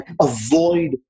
Avoid